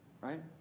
right